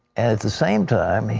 at the same time,